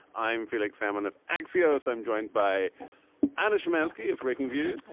i'm felix salmon of axios. i'm joined by anna shymansky of breakingviews.